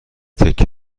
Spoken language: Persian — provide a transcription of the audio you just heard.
تکه